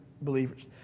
believers